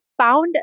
found